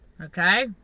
Okay